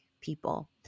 people